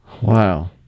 Wow